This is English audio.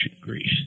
Greece